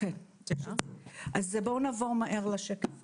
נעבור לשקף הבא.